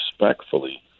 respectfully